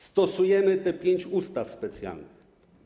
Stosujemy tych pięć ustaw specjalnych.